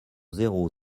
zéro